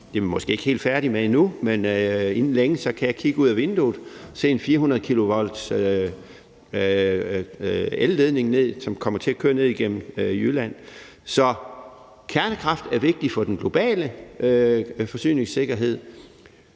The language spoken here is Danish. Det er vi måske ikke helt færdige med endnu, men inden længe kan jeg kigge ud ad vinduet og se en 400-kV-elledning, som kommer til at løbe ned igennem Jylland. Så kernekraft er vigtigt for den globale forsyningssikkerhed,